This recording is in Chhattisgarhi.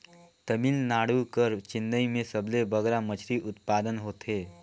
तमिलनाडु कर चेन्नई में सबले बगरा मछरी उत्पादन होथे